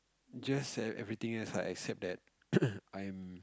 just have everything else ah except that I'm